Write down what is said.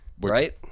Right